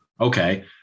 Okay